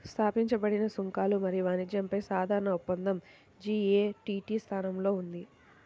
స్థాపించబడిన సుంకాలు మరియు వాణిజ్యంపై సాధారణ ఒప్పందం జి.ఎ.టి.టి స్థానంలో ఉంది